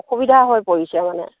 অসুবিধা হৈ পৰিছে মানে